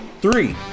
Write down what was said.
three